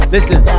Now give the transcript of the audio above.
Listen